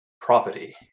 property